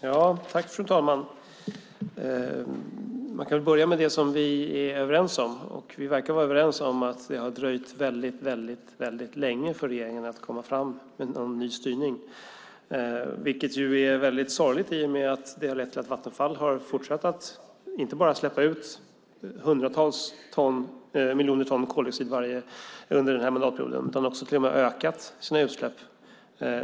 Fru talman! Vi verkar vara överens om att det har dröjt väldigt länge för regeringen med att komma med en ny styrning, vilket är mycket sorgligt eftersom det har lett till att Vattenfall inte bara har fortsatt att under mandatperioden släppa ut hundratals miljoner ton koldioxid utan också till och med har ökat sina utsläpp.